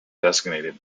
designated